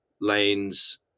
lanes